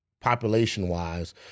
population-wise